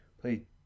play